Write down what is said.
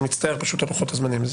מצטער, אלה פשוט לוחות הזמנים.